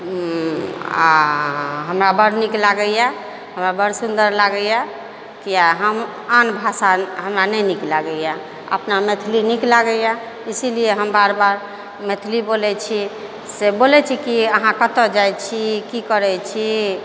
आओर हमरा बड़ नीक लागैए हमरा बड़ सुन्दर लागैए किए हम आन भाषा हमरा नहि नीक लागैए अपना मैथिली नीक लागैए इसीलिए हम बेर बेर मैथिली बोलै छी से बोलै छी कि अहाँ कतऽ जाइ छी की करै छी